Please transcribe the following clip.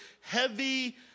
heavy